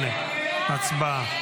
8. הצבעה.